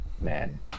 man